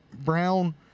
Brown